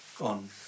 on